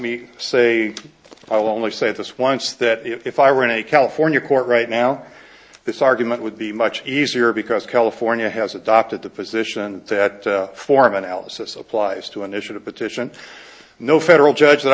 me say i will only say this once that if i were in a california court right now this argument would be much easier because california has adopted the position that form analysis applies to an issue to petition no federal judge that